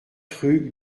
rue